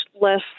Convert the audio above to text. less